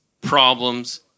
problems